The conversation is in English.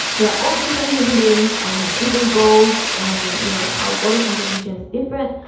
we're all different human beings and have different goals. and you know, our body composition is different.